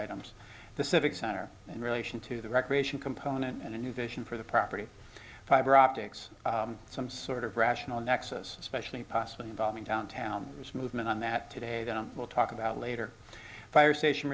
items the civic center in relation to the recreation component and a new vision for the property fiberoptics some sort of rational nexus especially possibly involving downtown this movement on that today that we'll talk about later fire station